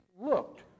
looked